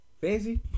Fancy